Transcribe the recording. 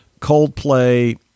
Coldplay